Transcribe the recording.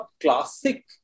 classic